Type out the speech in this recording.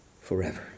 Forever